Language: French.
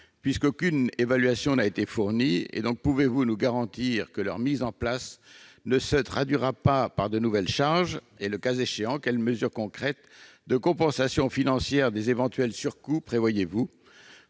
des zones de non-traitement : pouvez-vous nous garantir que leur mise en place ne se traduira pas par de nouvelles charges ? Le cas échéant, quelles mesures concrètes de compensation financière des éventuels surcoûts prévoyez-vous ?